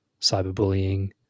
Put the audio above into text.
cyberbullying